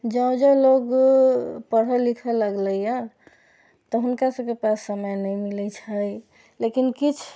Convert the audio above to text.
जँ जँ लोग पढ़ै लिखै लगलैया तऽ हुनका सभके पास समय नहि मिलैत छै लेकिन किछु